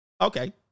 Okay